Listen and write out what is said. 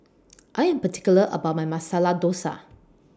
I Am particular about My Masala Dosa